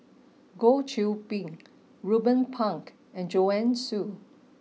Goh Qiu Bin Ruben Pang and Joanne Soo